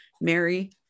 Mary